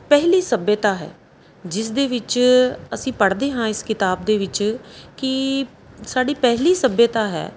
ਪਹਿਲੀ ਸੱਭਿਅਤਾ ਹੈ ਜਿਸ ਦੇ ਵਿੱਚ ਅਸੀਂ ਪੜ੍ਹਦੇ ਹਾਂ ਇਸ ਕਿਤਾਬ ਦੇ ਵਿੱਚ ਕਿ ਸਾਡੀ ਪਹਿਲੀ ਸੱਭਿਅਤਾ ਹੈ